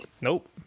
Nope